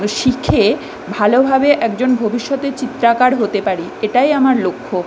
শিখে ভালোভাবে একজন ভবিষ্যতে চিত্রকর হতে পারি এটাই আমার লক্ষ্য